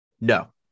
No